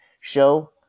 Show